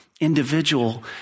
individual